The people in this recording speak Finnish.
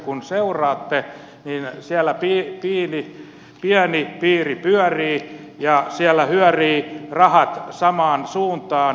kun seuraatte niin siellä pieni piiri pyörii ja siellä hyörivät rahat samaan suuntaan